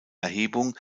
erhebung